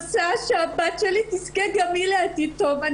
אבל אני רוצה שהבת שלי תזכה גם היא לעתיד טוב.